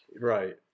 Right